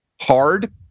hard